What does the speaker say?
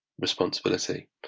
responsibility